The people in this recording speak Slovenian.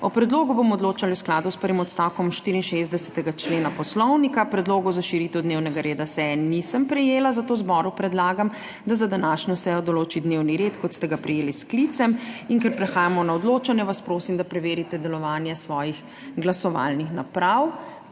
O predlogu bomo odločali v skladu s prvim odstavkom 64. člena Poslovnika. Predlogov za širitev dnevnega reda seje nisem prejela, zato zboru predlagam, da za današnjo sejo določi dnevni red, kot ste ga prejeli s sklicem. Ker prehajamo na odločanje, vas prosim, da preverite delovanje svojih glasovalnih naprav.